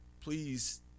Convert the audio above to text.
please